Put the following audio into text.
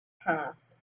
passed